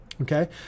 okay